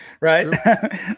right